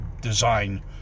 design